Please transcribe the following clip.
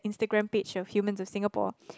instagram page of humans of Singapore